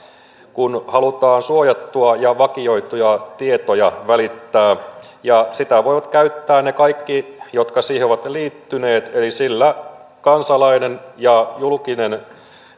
kun halutaan suojattuja ja vakioituja tietoja välittää ja sitä voivat käyttää ne kaikki jotka siihen ovat liittyneet eli sillä kansalainen ja julkinen